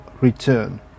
return